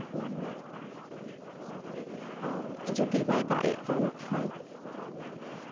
ᱟᱨ ᱡᱩᱫᱤ ᱵᱟᱭ ᱫᱟᱜ ᱮᱫ ᱠᱟᱱ ᱠᱷᱟᱡ